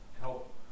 help